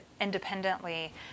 independently